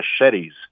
machetes